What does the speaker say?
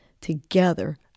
together